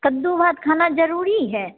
कद्दू भात खनाइ जरुरी है